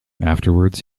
afterwards